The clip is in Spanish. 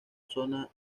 zona